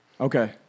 Okay